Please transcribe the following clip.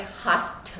hot